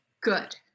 good